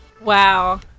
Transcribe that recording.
Wow